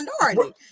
minority